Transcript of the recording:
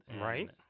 right